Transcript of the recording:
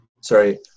Sorry